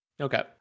Okay